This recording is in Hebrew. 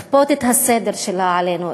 לכפות את הסדר שלה עלינו,